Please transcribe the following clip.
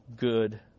good